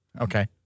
Okay